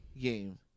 game